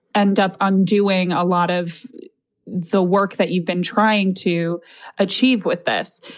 end up and doing a lot of the work that you've been trying to achieve with this.